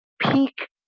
peak